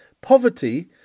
poverty